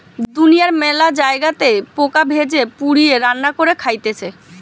দুনিয়ার মেলা জায়গাতে পোকা ভেজে, পুড়িয়ে, রান্না করে খাইতেছে